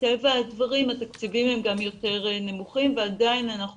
מטבע הדברים התקציבים הם גם יותר נמוכים ועדיין אנחנו